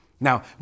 Now